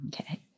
Okay